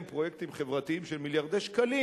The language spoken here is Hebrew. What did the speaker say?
פרויקטים חברתיים של מיליארדי שקלים,